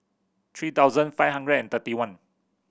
three thousand five hundred and thirty one